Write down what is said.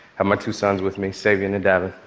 had my two sons with me, sabian and dabith.